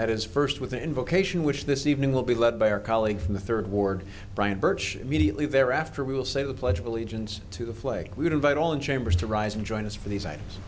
that is first with the invocation which this evening will be led by our colleague from the third ward brian birch immediately thereafter we will say the pledge of allegiance to flay we would invite all in chambers to rise and join us for these i